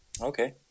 Okay